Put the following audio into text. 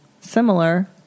Similar